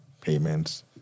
payments